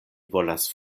volas